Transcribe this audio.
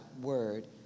word